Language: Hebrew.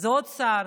זה עוד שר.